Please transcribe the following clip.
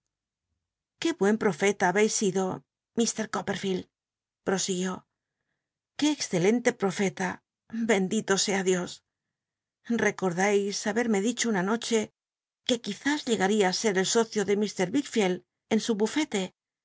qué buen jli'ofcta habcis sido fr copperficlcl prosiguió qué excelente profeta bendito sea dios rccoclais haberme dicho una noche que luiz is llegada ti se el socio de mr yickficld en su bufete